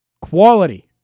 Quality